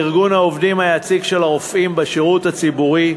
ארגון העובדים היציג של הרופאים בשירות הציבורי,